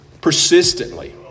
persistently